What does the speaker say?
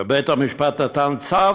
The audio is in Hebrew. ובית המשפט נתן צו: